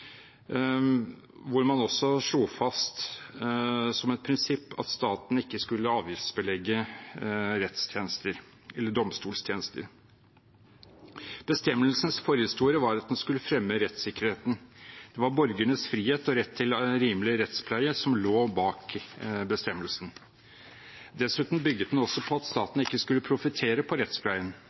man også slo fast som et prinsipp at staten ikke skulle avgiftsbelegge domstolstjenester. Bestemmelsens forhistorie var at den skulle fremme rettssikkerheten. Det var borgernes frihet og rett til en rimelig rettspleie som lå bak bestemmelsen. Dessuten bygget den på at staten ikke skulle profittere på rettspleien.